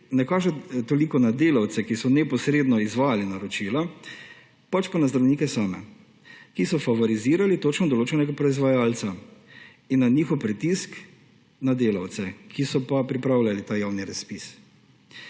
ne kaže toliko na delavce, ki so neposredno izvajali naročila, pač pa na zdravnike same, ki so favorizirali točno določenega proizvajalca, in na njihov pritisk na delavce, ki so pripravljali ta javni razpis.